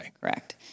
Correct